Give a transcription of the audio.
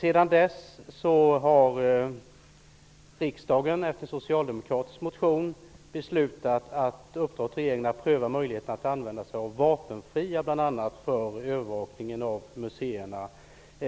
Sedan dess har riksdagen, efter en socialdemokratisk motion, beslutat att uppdra åt regeringen att pröva möjligheten att använda sig av vapenfria bl.a. för övervakningen av museerna.